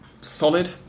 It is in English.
solid